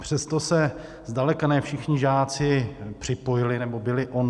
Přesto se zdaleka ne všichni žáci připojili nebo byli online.